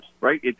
right